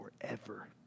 forever